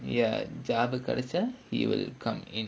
ya job கிடைச்சா:kidaichaa he will come in